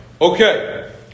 Okay